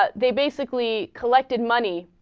but they basically collected money